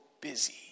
busy